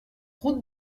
route